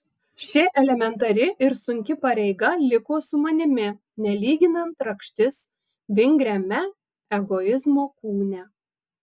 ši elementari ir sunki pareiga liko su manimi nelyginant rakštis vingriame egoizmo kūne